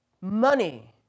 money